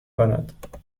کند